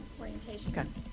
orientation